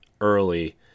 early